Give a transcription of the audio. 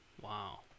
Wow